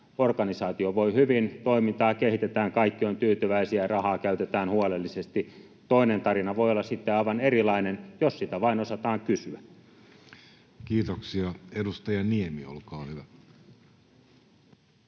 organisaatio voi hyvin, toimintaa kehitetään, kaikki ovat tyytyväisiä, rahaa käytetään huolellisesti. Toinen tarina voi olla sitten aivan erilainen, jos sitä vain osataan kysyä. [Speech 112] Speaker: